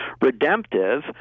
redemptive